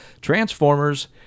Transformers